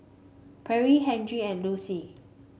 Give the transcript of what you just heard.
Perri Henri and Lucie